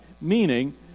Meaning